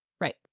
Right